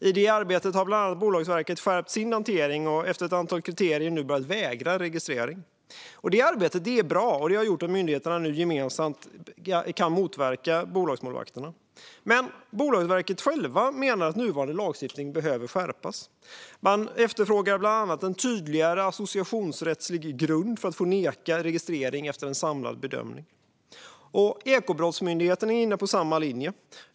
I det arbetet har bland annat Bolagsverket skärpt sin hantering och efter ett antal kriterier nu börjat vägra registrering. Det arbetet är bra och har gjort att myndigheterna nu gemensamt kan motverka bolagsmålvakterna. Men Bolagsverket självt menar att nuvarande lagstiftning behöver skärpas. Man efterfrågar bland annat en tydligare associationsrättslig grund för att få neka registrering efter en samlad bedömning. Ekobrottsmyndigheten är inne på samma linje.